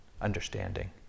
understanding